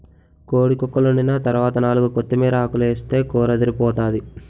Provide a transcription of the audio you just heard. కోడి కక్కలోండిన తరవాత నాలుగు కొత్తిమీరాకులేస్తే కూరదిరిపోతాది